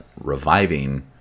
reviving